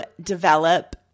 develop